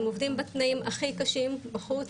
הם עובדים בתנאים הכי קשים, בחוץ,